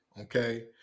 okay